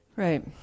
Right